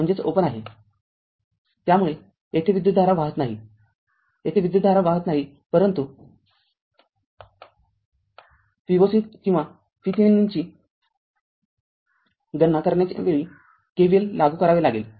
त्यामुळेयेथे विद्युतधारा वाहत नाही परंतु Voc किंवा VThevenin ची गणना करण्याच्या वेळी k V l लागू करावे लागेल